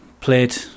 played